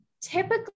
typically